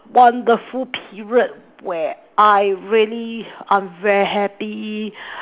wonderful period where I really am very happy